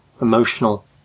emotional